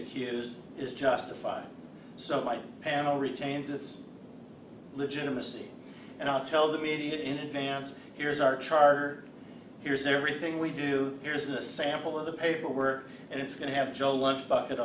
heroes is justified so my panel retains its legitimacy and i'll tell the media in advance here's our charter here's everything we do here's a sample of the paperwork and it's going to have joe lunch bucket